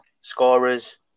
scorers